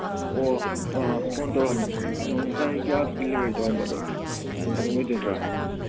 ꯑꯣ ꯑꯥ ꯐꯣꯟ ꯇꯧꯔꯛꯑꯝꯃꯦ ꯁꯣꯝ ꯉꯁꯥꯏ ꯒ꯭ꯌꯥꯁ ꯗꯤꯂꯤꯕꯔꯤ ꯇꯧꯔꯝꯕꯗꯣ ꯑꯗꯨ ꯑꯣꯏꯗꯣꯏ ꯅꯠꯇ꯭ꯔꯥ